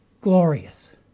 glorious